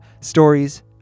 stories